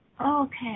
Okay